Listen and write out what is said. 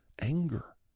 anger